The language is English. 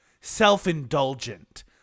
self-indulgent